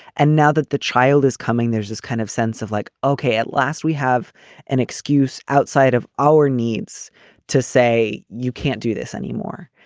and now that the child is coming, there's this kind of sense of like, ok, at last we have an excuse outside of our needs to say, you can't do this anymore.